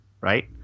right